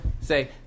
Say